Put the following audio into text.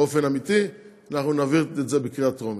באופן אמיתי, אנחנו נעביר את זה בקריאה טרומית.